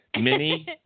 mini